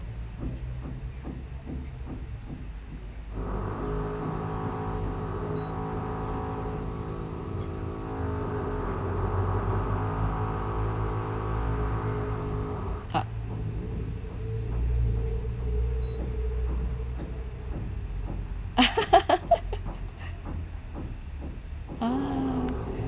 ah